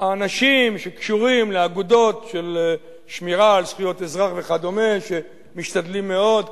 האנשים שקשורים לאגודות של שמירה על זכויות אזרח וכדומה שמשתדלים מאוד,